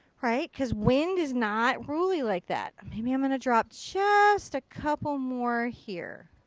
alright. because wind is not ruly like that. maybe i'm going to drop just a couple more here.